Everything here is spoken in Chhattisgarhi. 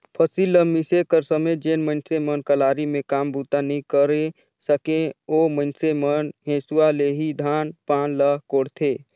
फसिल ल मिसे कर समे जेन मइनसे मन कलारी मे काम बूता नी करे सके, ओ मइनसे मन हेसुवा ले ही धान पान ल कोड़थे